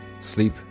sleep